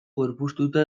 gorpuztuta